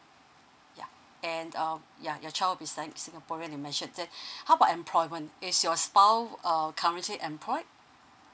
ya and um ya your child will be sing~ singaporean you mentioned that how about employment it's your spouse err currently employed